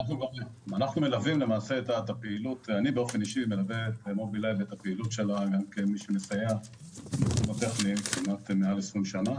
אני באופן אישי מלווה את מובילאיי ואת הפעילות שלה בצד הטכני כ-20 שנה.